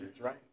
right